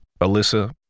Alyssa